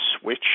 switch